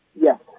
Yes